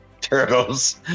turtles